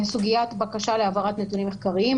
סוגיית בקשה להעברת נתונים מחקריים.